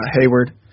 Hayward